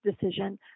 decision